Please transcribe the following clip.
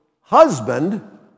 husband